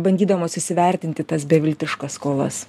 bandydamos įsivertinti tas beviltiškas skolas